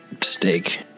steak